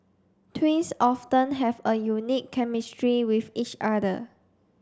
twins often have a unique chemistry with each other